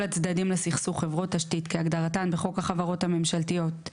הצדדים לסכסוך חברות תשתית כהגדרתן בחוק החברות הממשלתיות,